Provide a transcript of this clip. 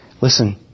Listen